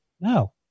No